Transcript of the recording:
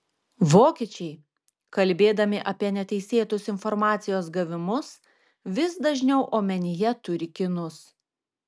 vokiečiai kalbėdami apie neteisėtus informacijos gavimus vis dažniau omenyje turi kinus